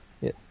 Yes